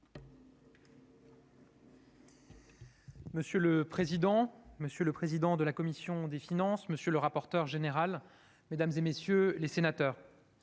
Monsieur le président, monsieur le président de la commission des finances, monsieur le rapporteur général, mesdames, messieurs les sénateurs,